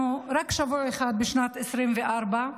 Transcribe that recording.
אנחנו רק שבוע אחד בשנת 2024,